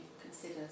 consider